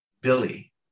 Billy